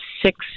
Six